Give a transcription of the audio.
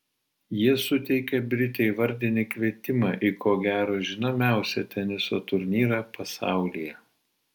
jie suteikė britei vardinį kvietimą į ko gero žinomiausią teniso turnyrą pasaulyje